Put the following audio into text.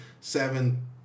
seven